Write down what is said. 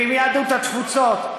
ועם יהדות התפוצות,